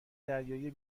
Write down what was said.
دریایی